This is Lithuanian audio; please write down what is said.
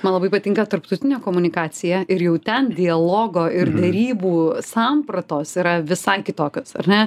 man labai patinka tarptautinė komunikacija ir jau ten dialogo ir derybų sampratos yra visai kitokios ar ne